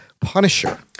Punisher